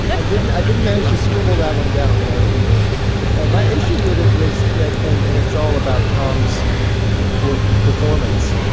i didn't i didn't manage to scribble that one down but i remember it my issue with it was that and and it's all about tom's poor performance.